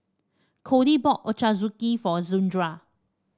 Codi bought Ochazuke for Zandra